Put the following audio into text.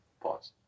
Pause